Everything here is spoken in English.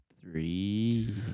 Three